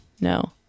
No